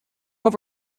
him